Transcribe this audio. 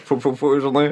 fu fu fu žinai